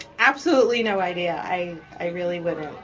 absolutely no idea. i i really wouldn't.